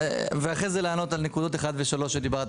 ואחר כך לענות על נקודות שלושת הנקודות שדיברת,